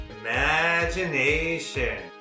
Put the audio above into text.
Imagination